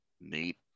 neat